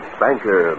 banker